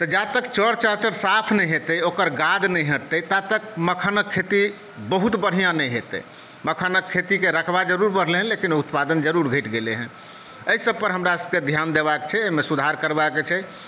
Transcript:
तऽ जातक चौर चहचर साथ नहि हेतै ओकर गाद नहि हटतै ता तक मखानक खेती बहुत बढ़िआँ नहि हेतै मखानक खेतीक रखबा ज़रूर बढ़्लै हँ लेकिन उत्पादन ज़रूर घटि गेलै हँ एहिसभ पर हमरासभके ध्यान देबाक छै एहिमे सुधार करबाक छै